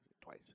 twice